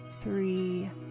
three